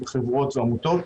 חברות ועמותות,